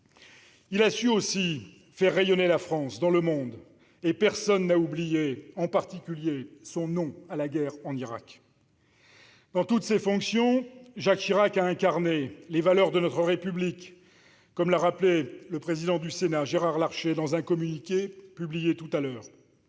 Il a su aussi faire rayonner la France dans le monde. Personne n'a oublié, en particulier, son « non » à la guerre en Irak. Dans toutes ses fonctions, Jacques Chirac a incarné les valeurs de notre République, comme l'a rappelé le président du Sénat, Gérard Larcher, dans un communiqué publié tout à l'heure